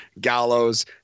gallows